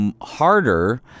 harder